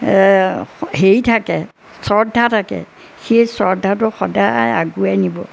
হেৰি থাকে শ্ৰদ্ধা থাকে সেই শ্ৰদ্ধাটো সদায় আগুৱাই নিব